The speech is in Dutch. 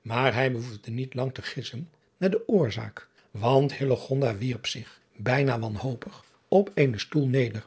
maar hij behoefde niet lang te gissen naar de oorzaak want wierp zich bijna wanhopig op eenen stoel neder